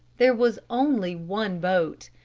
there was only one boat.